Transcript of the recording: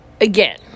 Again